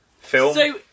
film